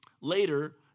Later